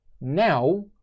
Now